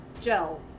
gel